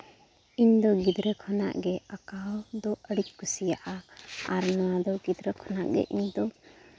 ᱤᱧᱫᱚ ᱜᱤᱫᱽᱨᱟᱹ ᱠᱷᱚᱱᱟᱜ ᱜᱮ ᱟᱸᱠᱟᱣ ᱫᱚ ᱟᱹᱰᱤᱧ ᱠᱩᱥᱤᱭᱟᱜᱼᱟ ᱟᱨ ᱱᱚᱣᱟ ᱫᱚ ᱜᱤᱫᱽᱨᱟᱹ ᱠᱷᱚᱱᱟᱜ ᱜᱮ ᱤᱧᱫᱚ